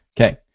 Okay